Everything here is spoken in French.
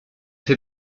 fait